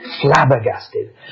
flabbergasted